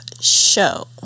Show